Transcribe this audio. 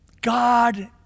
God